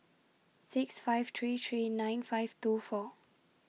six five three three nine five two four